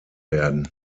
werden